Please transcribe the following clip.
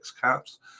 caps